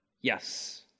Yes